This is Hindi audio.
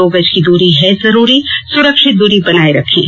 दो गज की दूरी है जरूरी सुरक्षित दूरी बनाए रखें